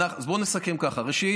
אז בוא נסכם ככה: ראשית,